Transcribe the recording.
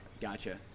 Gotcha